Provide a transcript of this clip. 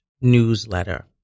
newsletter